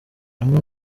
amwe